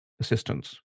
assistance